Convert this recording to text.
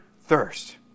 thirst